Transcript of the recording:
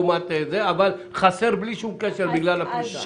אבל חסר בלי שום קשר בגלל הפריסה.